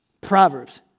Proverbs